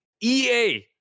EA